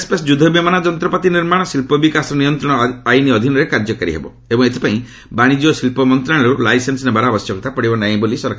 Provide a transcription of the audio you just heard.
ଏ defence ପ୍ରତିରକ୍ଷା aerospace ଯୁଦ୍ଧ ବିମାନ ଯନ୍ତ୍ରପାତି ନିର୍ମାଣ ଶିଳ୍ପ ବିକାଶ ନିୟନ୍ତ୍ରଣ ଆଇନ୍ ଅଧୀନରେ କାର୍ଯ୍ୟକାରୀ ହେବ ଏବଂ ଏଥିପାଇଁ ବାଣିଜ୍ୟ ଓ ଶିଳ୍ପ ମନ୍ତ୍ରଣାଳୟରୁ ଲାଇସେନ୍ନ ନେବାର ଆବଶ୍ୟକତା ପଡ଼ିବ ନାହିଁ ବୋଲି ସରକାର କହିଛନ୍ତି